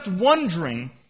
wondering